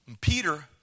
Peter